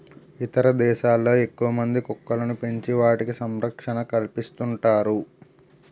ఇతర దేశాల్లో ఎక్కువమంది కుక్కలను పెంచి వాటికి సంరక్షణ కల్పిస్తుంటారు